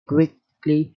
quickly